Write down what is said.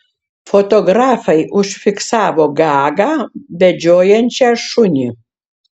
fotografai užfiksavo gagą vedžiojančią šunį